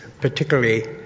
particularly